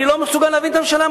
אני לא מסוגל להבין את הממשלה.